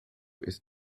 ist